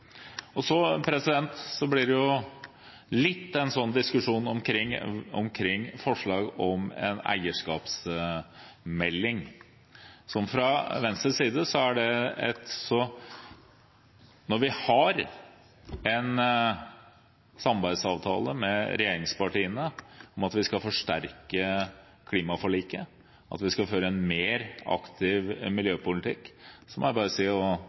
et så forurensende og kostnadskrevende prosjekt som tjæresand er. Så blir det en diskusjon omkring forslaget om en eierskapsmelding. Når vi har en samarbeidsavtale med regjeringspartiene om at vi skal forsterke klimaforliket, at vi skal føre en mer aktiv miljøpolitikk, må jeg bare